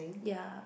ya